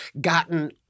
gotten